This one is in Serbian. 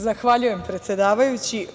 Zahvaljujem, predsedavajući.